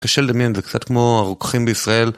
קשה לדמיין, זה קצת כמו הרוקחים בישראל.